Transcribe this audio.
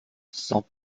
sans